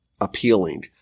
appealing